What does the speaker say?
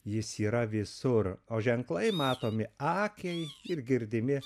jis yra visur o ženklai matomi akiai ir girdimi